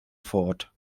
fort